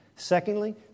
Secondly